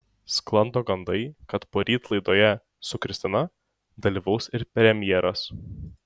sklando gandai kad poryt laidoje su kristina dalyvaus ir premjeras